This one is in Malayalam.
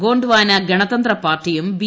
ഗ്രോണ്ട്പാന ഗണതന്ത്ര പാട്ടിയും ബി